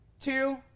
two